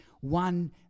one